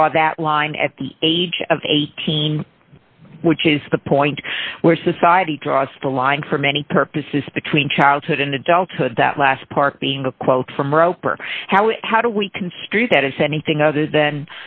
draw that line at the age of eighteen which is the point where society draws the line for many purposes between childhood and adulthood that last part being a quote from roper how how do we construe that it's anything other than